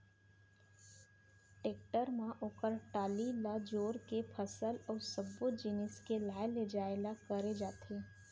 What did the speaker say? tractor म ओकर trolley ल जोर के फसल अउ सब्बो जिनिस के लाय लेजाय ल करे जाथे